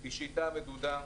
היא שיטה מדודה,